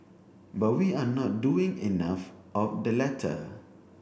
but we are not doing enough of the latter